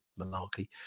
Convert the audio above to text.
malarkey